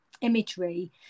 imagery